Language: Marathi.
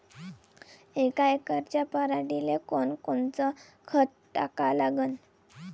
यका एकराच्या पराटीले कोनकोनचं खत टाका लागन?